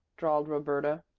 drawled roberta,